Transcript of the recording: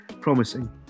promising